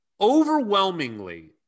overwhelmingly